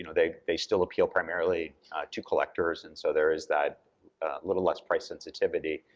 you know they they still appeal primarily to collectors, and so there is that little less price sensitivity.